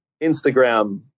Instagram